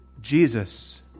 Jesus